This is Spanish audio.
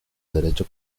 derecho